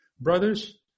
Brothers